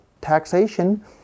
taxation